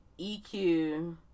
EQ